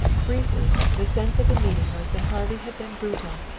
briefly, the sense of the meeting was that harvey had been brutal,